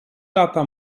lata